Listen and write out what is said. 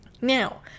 Now